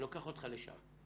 אני לוקח אותך לשם.